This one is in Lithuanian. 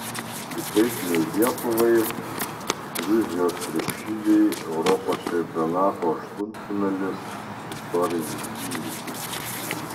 kitaip nei lietuvai gruzijos krepšiniui europos čempionato aštuntfinalis istorinis įvykis